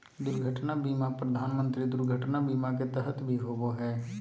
दुर्घटना बीमा प्रधानमंत्री दुर्घटना बीमा के तहत भी होबो हइ